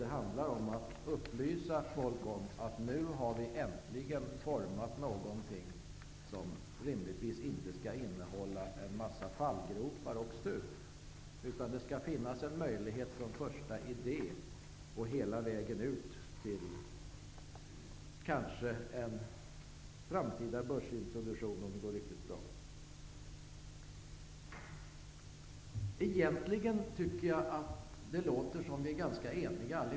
Det handlar ju om att upplysa folk om att vi nu äntligen har format någonting som rimligen inte skall innehålla några fallgropar och stup. Det skall finnas möjligheter från första idé till -- om det går riktigt bra -- en eventuell framtida börsintroduktion. Egentligen tycker jag att det låter som om vi är ganska eniga.